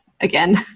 again